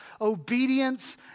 obedience